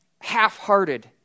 half-hearted